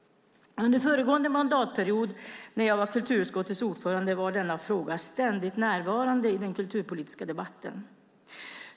Under föregående mandatperiod när jag var kulturutskottets ordförande var denna fråga ständigt närvarande i den kulturpolitiska debatten.